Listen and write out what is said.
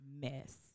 mess